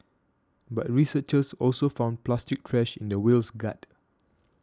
but researchers also found plastic trash in the whale's gut